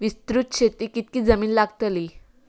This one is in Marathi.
विस्तृत शेतीक कितकी जमीन लागतली?